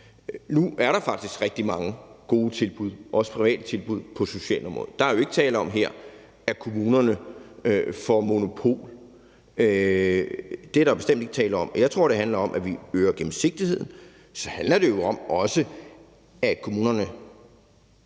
Nu er der faktisk rigtig mange gode tilbud, også private tilbud, på socialområdet. Der er jo ikke tale om her, at kommunerne får monopol. Det er der bestemt ikke tale om. Jeg tror, det handler om, at vi øger gennemsigtigheden, og så handler det jo også om, at kommunerne